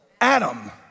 Adam